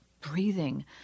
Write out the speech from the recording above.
breathing